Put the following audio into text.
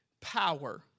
power